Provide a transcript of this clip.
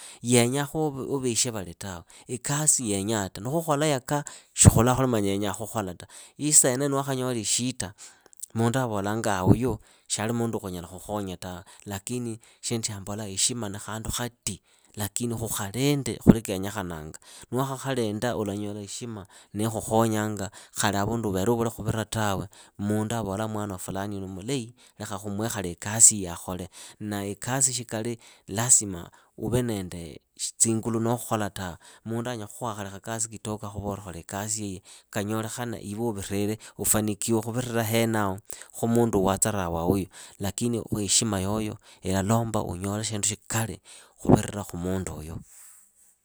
Yenyakhu wa veeshe vali tawe, ikasi yenyata nukhukhola yaka khula khuli yenya khukhola ta, isa yeneyo niwakhanyola ishita. mundu avolanga huyu shiali mundu wa khunyala khukhonya tawe, lakini shindu shyambola heshima na khandu khati, lakini khukhalinde khuli kenyekhananga. niwakhakhalinda ulanyola heshima niikhukhonyanga, khali havundu huuvere uvule khuvira tawe mundu avola mwana wa fulaniuyu ni mulahi. lekha khumuhe khaliikasiiyi akhole. Na ikasi shikali lazima uve na tsingulu khukhola tawe. mundu anyala khuha khali khakasi kitoko akhuvole khola ikasiiyi, kanyolekhane iwe ufanikiwe khuvirira henaho khumundu wa watsarawaa uyu, lakini khu heshima yoyo ilalomba unyole shindu shikali khuvirila khu munduuyu